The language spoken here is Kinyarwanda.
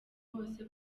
bose